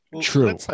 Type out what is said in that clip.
true